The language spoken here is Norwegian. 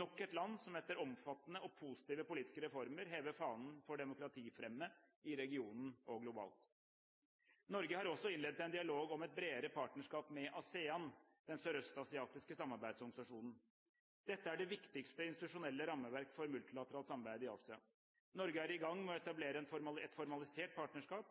nok et land som etter omfattende og positive politiske reformer hever fanen for demokratifremme i regionen og globalt. Norge har også innledet en dialog om et bredere partnerskap med ASEAN, den sørøstasiatiske samarbeidsorganisasjonen. Dette er det viktigste institusjonelle rammeverket for multilateralt samarbeid i Asia. Norge er i gang med å etablere et formalisert partnerskap